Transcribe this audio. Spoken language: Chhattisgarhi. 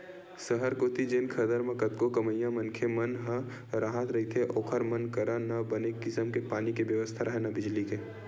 सहर कोती जेन खदर म कतको कमइया मनखे मन ह राहत रहिथे ओखर मन करा न बने किसम के पानी के बेवस्था राहय, न बिजली के